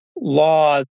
law